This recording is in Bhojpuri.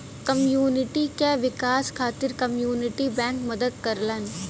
कम्युनिटी क विकास खातिर कम्युनिटी बैंक मदद करलन